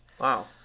Wow